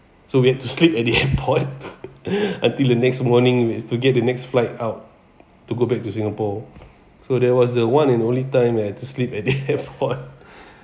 so we had to sleep at the end point until the next morning to get the next flight out to go back to singapore so that was the one and only time we had to sleep at the airport